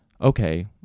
okay